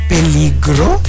Peligro